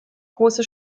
große